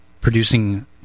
producing